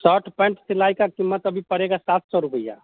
shirt pant सिलाई का कीमत अभी पड़ेगा सात सौ रुपया